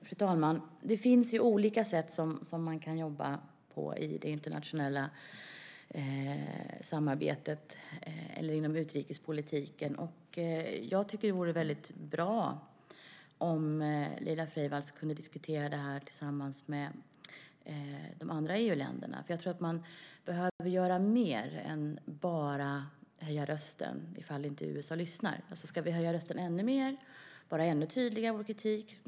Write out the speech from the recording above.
Fru talman! Det finns olika sätt som man kan jobba på inom utrikespolitiken. Jag tycker att det vore väldigt bra om Laila Freivalds kunde diskutera det här tillsammans med de andra EU-länderna, för jag tror att man behöver göra mer än bara höja rösten om USA inte lyssnar. Ska vi höja rösten ännu mer, vara ännu tydligare i vår kritik?